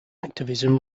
activism